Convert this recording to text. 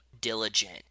diligent